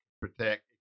protect